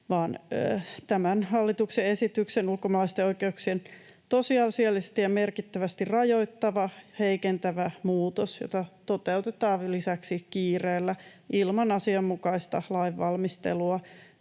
vaan tämä hallituksen esitys on ulkomaalaisten oikeuksia tosiasiallisesti ja merkittävästi rajoittava, heikentävä muutos, jota toteutetaan lisäksi kiireellä ilman asianmukaista lainvalmistelua,